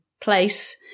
place